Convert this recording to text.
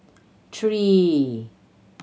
three